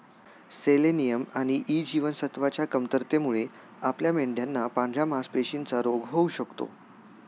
selenium आणि E जीवनसत्वच्या कमतरतेमुळे आपल्या मेंढयांना पांढऱ्या मासपेशींचा रोग होऊ शकतो